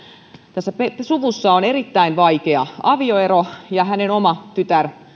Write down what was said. tässä suvussa on erittäin vaikea avioero ja hänen oma tyttärensä